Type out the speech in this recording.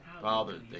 Father